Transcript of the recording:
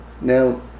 Now